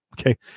Okay